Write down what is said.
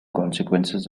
consequences